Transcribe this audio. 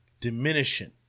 diminishing